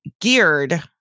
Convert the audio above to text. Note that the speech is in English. geared